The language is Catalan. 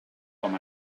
com